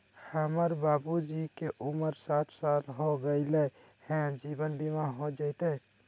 हमर बाबूजी के उमर साठ साल हो गैलई ह, जीवन बीमा हो जैतई?